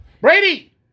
Brady